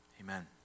Amen